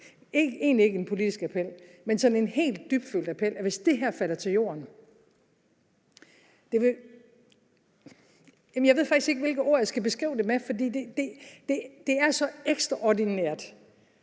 egentlig ikke en politisk appel, men en helt dybtfølt appel om, at hvis det her falder til jorden – ja, jeg ved faktisk ikke, hvilke ord jeg skal beskrive det med, for det er så ekstraordinært,